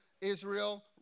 Israel